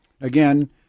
again